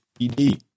PD